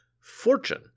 fortune